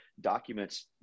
documents